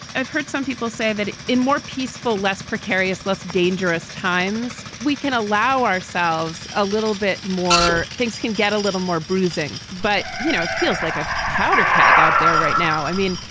i've heard some people say that in more peaceful, less precarious, less dangerous times, we can allow ourselves a little bit more. things can get a little more bruising. but, you know, it feels like a powder keg out there right now. i mean,